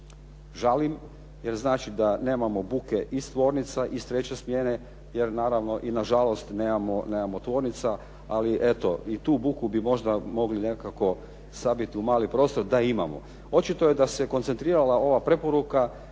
Žalim jer znači da nemamo buke iz tvornica, iz treće smjene, jer naravno i na žalost nemamo tvornica, ali eto i tu buku bi možda mogli nekako sabiti u mali prostor da imamo.